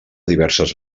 diverses